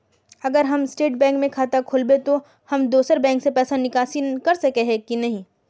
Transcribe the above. अगर हम state bank में खाता खोलबे तो हम दोसर बैंक से पैसा निकासी कर सके ही की नहीं?